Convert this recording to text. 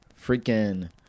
freaking